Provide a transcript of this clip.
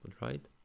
right